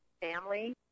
family